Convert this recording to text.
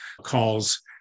calls